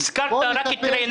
הזכרת רק את ריינה.